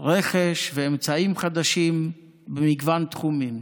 רכש ואמצעים חדשים במגוון תחומים.